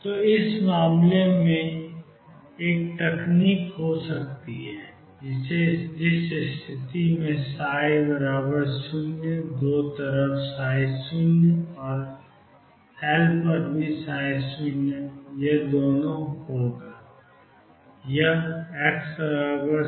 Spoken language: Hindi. तो इस मामले में एक तकनीक हो सकती है जिस स्थिति मेंψ0 दो तरफ ψ और एल दोनों ψ हैं यह x0 L है